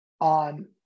on